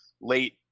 late